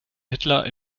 hitler